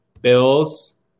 Bills